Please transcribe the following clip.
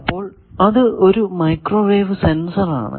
അപ്പോൾ അത് ഒരു മൈക്രോവേവ് സെൻസർ ആണ്